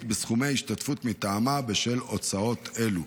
בסכומי ההשתתפות מטעמה בשל הוצאות אלו.